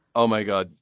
oh my god.